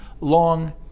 long